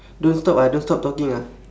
don't stop ah don't stop talking ah